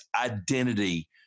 identity